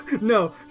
no